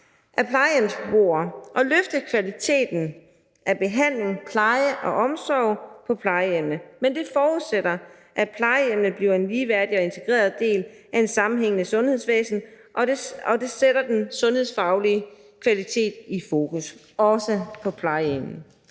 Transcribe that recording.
af plejehjemsbeboere og løfte kvaliteten af behandling, pleje og omsorg på plejehjemmene. Men det forudsætter, at plejehjemmene bliver en ligeværdig og integreret del af et sammenhængende sundhedsvæsen, og det sætter den sundhedsfaglige kvalitet i fokus, også på plejehjemmene.